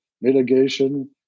mitigation